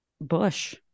bush